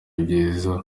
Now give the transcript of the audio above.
ibyiza